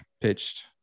pitched